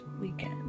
weekend